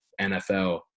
NFL